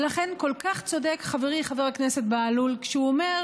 ולכן כל כך צודק חברי חבר הכנסת בהלול כאשר הוא אומר: